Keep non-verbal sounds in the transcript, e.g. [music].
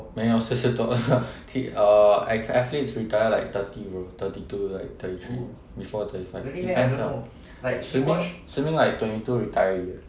没有四十多 lah [noise] th~ uh ath~ athletes retire like thirty bro thirty two to like thirty three before thirty five depends ah simin simin like twenty two retire already